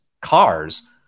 cars